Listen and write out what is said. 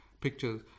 pictures